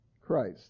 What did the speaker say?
Christ